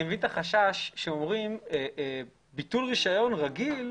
החשש שאומרים ביטול רישיון רגיל,